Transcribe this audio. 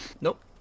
Nope